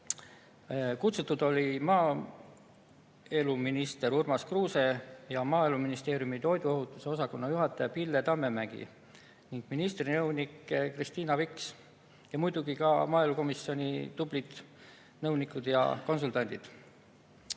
Kutsutud olid maaeluminister Urmas Kruuse, Maaeluministeeriumi toiduohutuse osakonna juhataja Pille Tammemägi ja ministri nõunik Kristiina Viks ning muidugi ka maaelukomisjoni tublid nõunikud ja konsultandid.